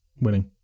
winning